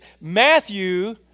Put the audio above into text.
Matthew